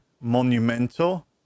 monumental